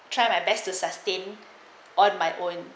try my best to sustain on my own